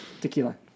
tequila